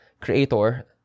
creator